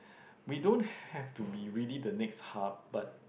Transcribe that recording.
we don't have to be really the next hub but